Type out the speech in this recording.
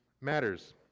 matters